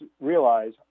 realize